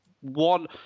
one